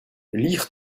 lire